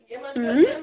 اۭں